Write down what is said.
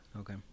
Okay